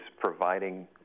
providing